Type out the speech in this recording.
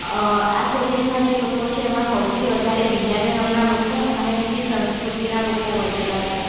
આ પ્રદેશના જે લોકો છે એમાં સૌથી વધારે બીજા ધર્મના લોકો અને બીજી સંસ્કૃતિના લોકો વસેલાં છે